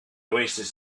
oasis